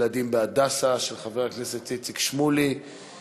שבעד כלכלה יצביע בעד, מי שנגד הוא נגד, לא.